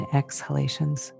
exhalations